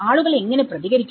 ആളുകൾ എങ്ങനെ പ്രതികരിക്കും